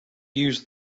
use